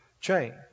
chain